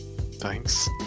Thanks